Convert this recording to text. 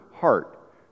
heart